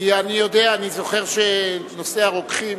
כי אני יודע, אני זוכר שנושא הרוקחים,